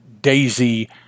Daisy